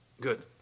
Good